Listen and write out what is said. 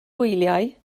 wyliau